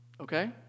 okay